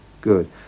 good